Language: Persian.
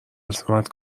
قسمتش